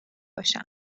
باشم